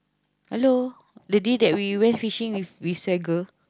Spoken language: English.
hello that day that we went fishing with with Sagger